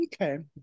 Okay